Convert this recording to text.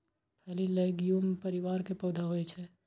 फली लैग्यूम परिवार के पौधा होइ छै